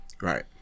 Right